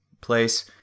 place